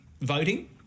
voting